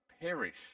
perish